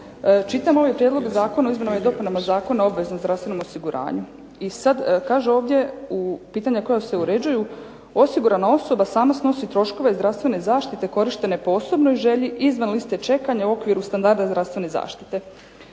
Čitam ove prijedloge zakona o izmjenama i dopunama Zakona o obveznom zdravstvenom osiguranju i sad kaže ovdje pitanja koja se uređuju osigurana osoba sama snosi troškove iz zdravstvene zaštite korištene po osobnoj želji izvan liste čekanja i u okviru standarda zdravstvene zaštite.